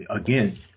again